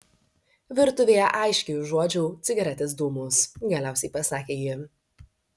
virtuvėje aiškiai užuodžiau cigaretės dūmus galiausiai pasakė ji